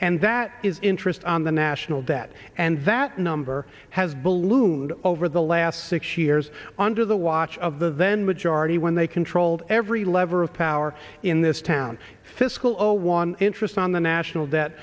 and that is interest on the national debt and that number has ballooned over the last six years under the watch of the then majority when they controlled every lever of power in this town fiscal zero one interest on the national debt